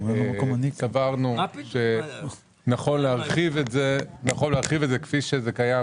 אנחנו סברנו שנכון להרחיב את זה כפי שזה קיים